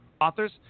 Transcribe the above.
authors